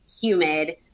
humid